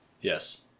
Yes